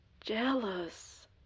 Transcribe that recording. jealous